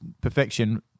perfection